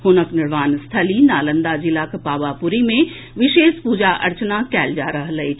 हुनक निर्वाण स्थली नालंदा जिलाक पावापुरी मे विशेष पूजा अर्चना कयल जा रहल अछि